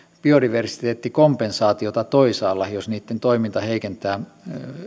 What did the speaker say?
biodiversiteettikompensaatiota toisaalla jos niitten toiminta heikentää